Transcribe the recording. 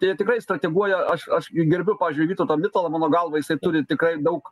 tai jie tikrai strateguoja aš aš gerbiu pavyzdžiui vytautą mitalą mano galva jisai turi tikrai daug